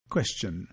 Question